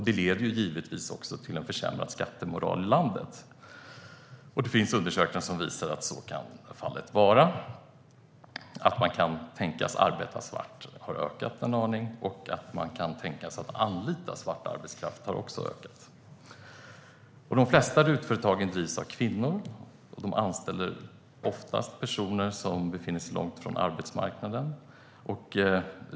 Det leder givetvis också till en försämrad skattemoral i landet. Det finns undersökningar som visar att det kan vara så. Den andel som säger att man kan tänka sig att arbeta svart har ökat en aning, liksom den andel som säger att man kan tänka sig att anlita svart arbetskraft. De flesta RUT-företag drivs av kvinnor, och de anställer oftast personer som befinner sig långt från arbetsmarknaden.